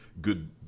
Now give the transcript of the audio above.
good